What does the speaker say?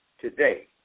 today